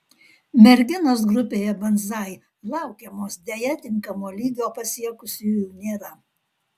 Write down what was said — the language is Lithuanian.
merginos grupėje banzai laukiamos deja tinkamo lygio pasiekusiųjų nėra